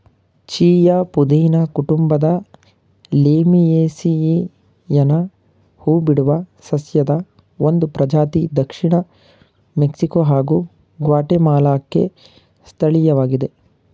chia ಪುದೀನ ಕುಟುಂಬದ ಲೇಮಿಯೇಸಿಯಿಯನ ಹೂಬಿಡುವ ಸಸ್ಯದ ಒಂದು ಪ್ರಜಾತಿ ದಕ್ಷಿಣ ಮೆಕ್ಸಿಕೊ ಹಾಗೂ ಗ್ವಾಟೆಮಾಲಾಕ್ಕೆ ಸ್ಥಳೀಯವಾಗಿದೆ